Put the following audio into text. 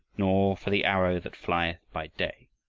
nor for the arrow that flieth by day.